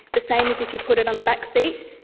the same as if you put it on the back seat.